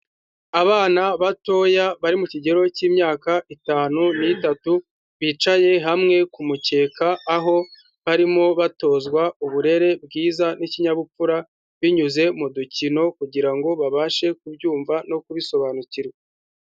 Abana batoya bari mu kigero cy'imyaka itanu n'itatu, bicaye hamwe ku mukeka aho barimo batozwa uburere bwiza n'ikinyabupfura binyuze mu dukino kugira ngo babashe kubyumva no kubisobanukirwa.